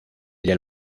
del